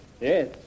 Yes